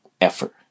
Effort